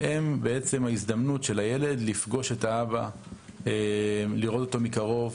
הם בעצם ההזדמנות של הילד לפגוש את האבא ולראות אותו מקרוב.